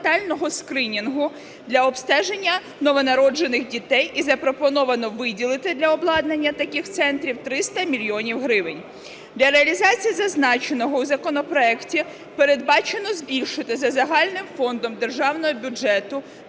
для обстеження новонароджених дітей і запропоновано виділити для обладнання таких центрів 300 мільйонів гривень. Для реалізації зазначеного у законопроекті передбачено збільшити за загальним фондом державного бюджету